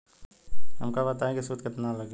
हमका बताई कि सूद केतना लागी?